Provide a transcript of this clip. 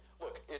look